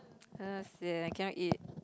ah sian I cannot eat